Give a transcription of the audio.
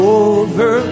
over